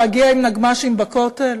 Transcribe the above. להגיע עם נגמ"שים לכותל.